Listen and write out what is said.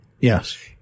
Yes